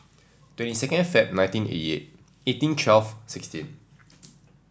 twenty second Feb nineteen eighty eight eighteen twelve sixteen